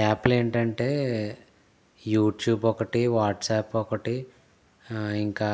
యాప్లు ఏంటంటే యూట్యూబ్ ఒకటి వాట్సాప్ ఒకటి ఇంకా